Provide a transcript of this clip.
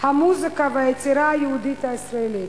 המוזיקה והיצירה היהודית הישראלית.